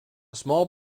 small